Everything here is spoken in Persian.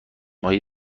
های